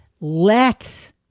Let